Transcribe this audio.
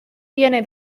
tiene